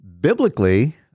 biblically